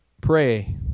pray